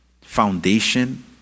foundation